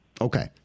Okay